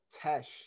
Tesh